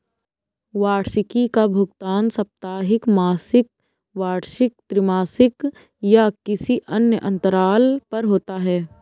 वार्षिकी का भुगतान साप्ताहिक, मासिक, वार्षिक, त्रिमासिक या किसी अन्य अंतराल पर होता है